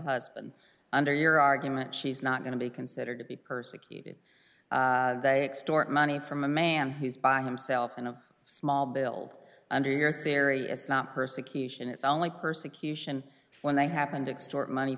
husband under your argument she's not going to be considered to be persecuted they extort money from a man he's by himself and a small bill under your theory it's not persecution it's only persecution when they happen to extort money